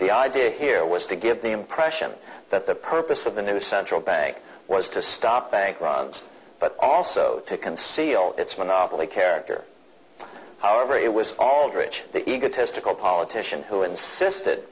the idea here was to give the impression that the purpose of the new central bank was to stop bank runs but also to conceal its monopoly character however it was aldrich egotistical politician who insisted